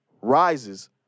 rises